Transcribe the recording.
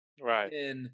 Right